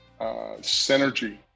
synergy